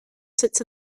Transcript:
sits